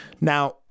Now